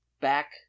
Back